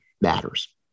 matters